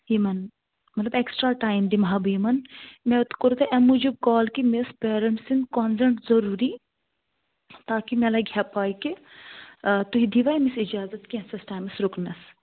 یِمَن مَطلَب extra time دِمہٕ ہا بہٕ یِمَن مےٚ کوٚروٕ تۄہہِ اَمہِ موٗجوٗب کال کہِ مےٚ ٲسۍ پیرَنٹ سٕنٛز کَنزیٚٛنٹ ضروٗری تاکہِ مےٚ لَگہِ ہا پےَ کہِ آ تُہۍ دِیٖوا أمِس اِجازَت کیٚنٛژس ٹایمَس رُکنَس